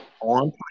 on